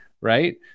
right